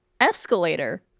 escalator